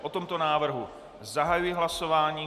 O tomto návrhu zahajuji hlasování.